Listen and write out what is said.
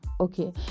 okay